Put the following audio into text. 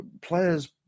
players